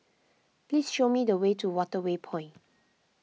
please show me the way to Waterway Point